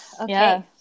Okay